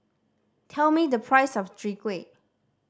tell me the price of Chwee Kueh